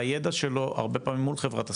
הידע שלו הרבה פעמים מול חברת הסלולר,